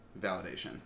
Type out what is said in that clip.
validation